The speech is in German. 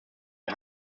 die